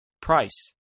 Price